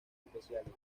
especiales